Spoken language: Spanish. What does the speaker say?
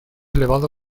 elevado